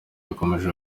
yakomeje